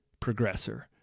progressor